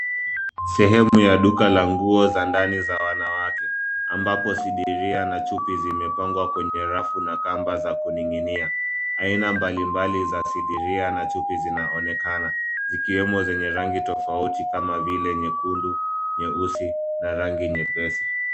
Sehemu ya duka la nguo za ndani za wanawake ambapo sidiria na chupi zimepangwa kwenye rafu na kamba za kuning' inia. Aina mbali mbali za sidiria na chupi zinaonekana zikiwemo zenye rangi tofauti kama vile nyekundu, nyeusi na rangi nyepesi.